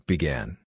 Began